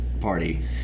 party